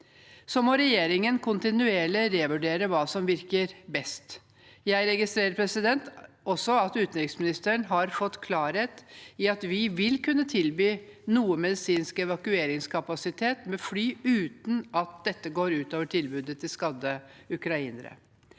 Så må regjeringen kontinuerlig revurdere hva som virker best. Jeg registrerer også at utenriksministeren har fått klarhet i at vi vil kunne tilby noe medisinsk evakueringskapasitet med fly uten at dette går ut over tilbudet til skadde ukrainere.